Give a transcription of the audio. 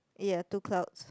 um ya two clouds